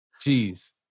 Jeez